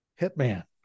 hitman